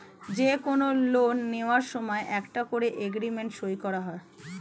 যে কোনো লোন নেয়ার সময় একটা করে এগ্রিমেন্ট সই করা হয়